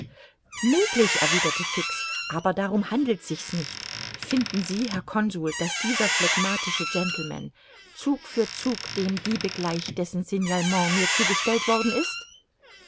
möglich erwiderte fix aber darum handelt sich's nicht finden sie herr consul daß dieser phlegmatische gentleman zug für zug dem diebe gleicht dessen signalement mir zugestellt worden ist